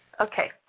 Okay